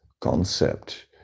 concept